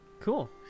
Cool